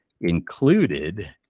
included